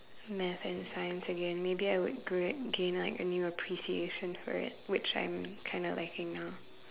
math and science again maybe I would grow gain like a new appreciation for it which I'm kind of lacking now